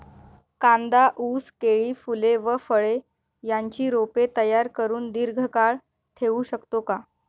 कांदा, ऊस, केळी, फूले व फळे यांची रोपे तयार करुन दिर्घकाळ ठेवू शकतो का?